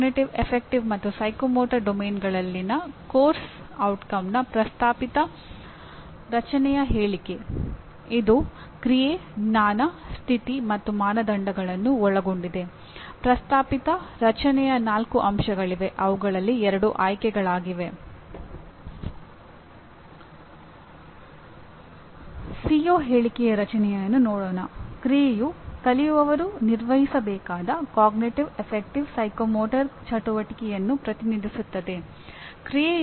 ಸಾಮಾನ್ಯವಾಗಿ ಎಂಜಿನಿಯರ್ಗಳು ಕೈಗಾರಿಕೆಗಳಲ್ಲಿ ಉದ್ಯೋಗದಲ್ಲಿದ್ದಾರೆ ಮತ್ತು ನಾವು ವಿಶ್ವಪ್ರಖ್ಯಾತ ಅಥವಾ ಪ್ರಸಿದ್ಧ ಗೌರವಾನ್ವಿತ ಕೈಗಾರಿಕೆಗಳಿಗೆ ಹೋಗಿ ಅವರ ಸಿಇಒ ಅಥವಾ ಅವರ ವ್ಯವಸ್ಥಾಪಕರ ಹತ್ತಿರ ಹೋಗಿ ಅವರು ಉತ್ತಮ ಎಂಜಿನಿಯರ್ ಎಂದು ಯಾರನ್ನು ಪರಿಗಣಿಸುತ್ತಾರೆ ಎಂದು ಕೇಳುವುದೇ